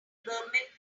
government